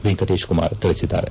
ವೆಂಕಟೇಶ ಕುಮಾರ್ ತಿಳಿಸಿದ್ದಾರೆ